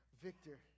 victor